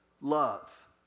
love